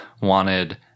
wanted